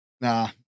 Nah